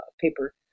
paper